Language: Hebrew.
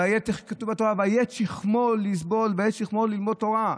כתוב בתורה: "ויט שכמו לסבֹּל" ויט שכמו ללמוד תורה.